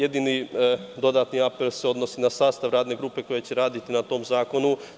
Jedini dodatni apel se odnosi na sastav radne grupe koja će raditi na tom zakonu.